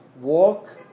walk